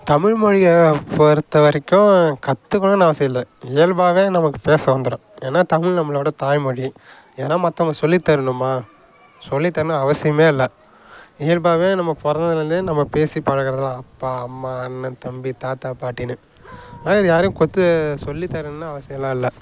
தமிழ்மொழியை பொறுத்தவரைக்கும் கற்றுக்கணும்னு அவசியம் இல்லை இயல்பாகவே நமக்கு பேச வந்துவிடும் ஏன்னால் தமிழ் நம்மளோட தாய் மொழி இதெல்லாம் மற்றவங்க சொல்லித்தரணுமா சொல்லித்தரணும்னு அவசியமே இல்லை இயல்பாகவே நம்ம பிறந்ததுலருந்தே நம்ம பேசி பழகிறது தான் அப்பா அம்மா அண்ணண் தம்பி தாத்தா பாட்டினு ஆனால் இது யாரையும் குத்த சொல்லித்தரணும்னு அவசியமெலாம் இல்லை